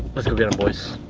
let's go get him, boys.